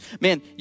Man